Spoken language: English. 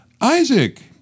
Isaac